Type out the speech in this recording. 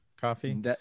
coffee